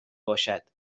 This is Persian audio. باشد